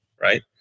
right